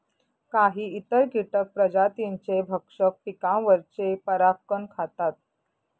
काही इतर कीटक प्रजातींचे भक्षक पिकांवरचे परागकण खातात